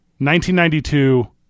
1992